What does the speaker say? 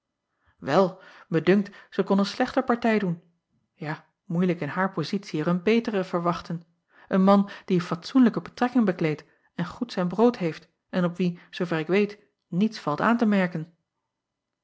mij dunkt zij kon een slechter partij doen ja moeilijk in haar pozitie er een betere verwachten en man die een fatsoenlijke betrekking bekleedt en goed zijn acob van ennep laasje evenster delen brood heeft en op wien zoover ik weet niets valt aan te merken